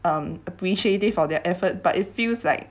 um appreciative of their effort but it feels like